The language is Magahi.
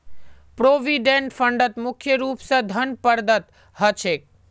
प्रोविडेंट फंडत मुख्य रूप स धन प्रदत्त ह छेक